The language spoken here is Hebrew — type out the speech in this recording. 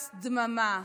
הס, דממה,